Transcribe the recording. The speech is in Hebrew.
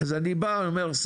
אז אני בא ואומר שרה חדשה באה,